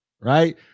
right